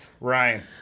Ryan